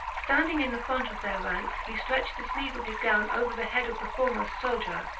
standing in the front of their ranks, he stretched the sleeve of his gown over the head of the foremost soldier,